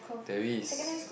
there is